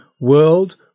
world